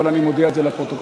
אבל אני מודיע את זה לפרוטוקול.